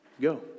go